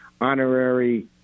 honorary